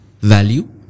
Value